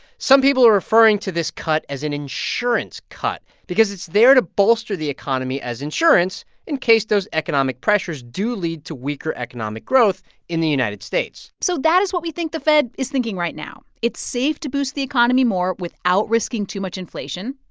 some people are referring to this cut as an insurance cut because it's there to bolster the economy as insurance in case those economic pressures do lead to weaker economic growth in the united states so that is what we think the fed is thinking right now. it's safe to boost the economy more without risking too much inflation,